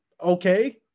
okay